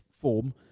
form